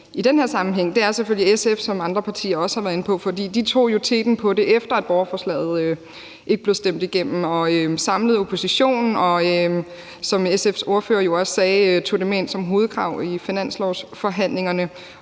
i den her sammenhæng, er selvfølgelig SF, hvilket andre partier også har været inde på, for de tog jo teten på det, efter at borgerforslaget ikke blev stemt igennem. De samlede oppositionen, og som SF's ordfører jo også sagde, tog de det med ind som et hovedkrav i finanslovsforhandlingerne.